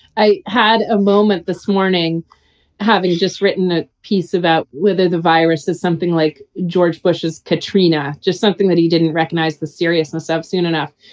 i had a moment this morning having just written a piece about whether the virus is something like george bush's katrina, just something that he didn't recognize the seriousness of soon enough.